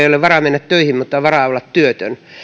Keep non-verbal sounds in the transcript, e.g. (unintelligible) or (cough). (unintelligible) ei ole varaa mennä töihin mutta on varaa olla työtön